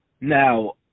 now